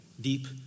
deep